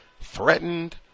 threatened